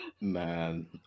Man